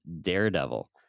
Daredevil